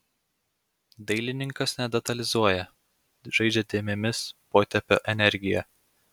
dailininkas nedetalizuoja žaidžia dėmėmis potėpio energija